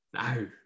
No